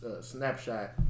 Snapshot